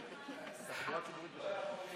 רק הערה אחת,